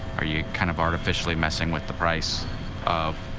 are you kind of artificially messing with the price of,